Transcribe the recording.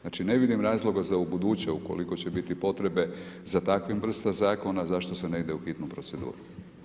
Znači, ne vidim razloga za ubuduće ukoliko će biti potrebe za takvim vrsta zakona, zašto se ne ide u hitnu proceduru?